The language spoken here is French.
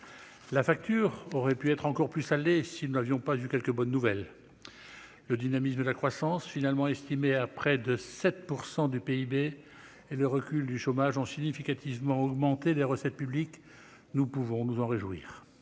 Cela aurait pu être encore pire si nous n'avions pas eu quelques bonnes nouvelles : le dynamisme de la croissance, finalement estimée à près de 7 % du PIB, et le recul du chômage ont significativement augmenté les recettes publiques. Nous pouvons nous en réjouir.